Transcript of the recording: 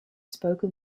spoken